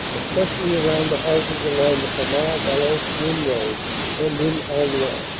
especially around the houses along the famars-valenciennes road and in aulnoy.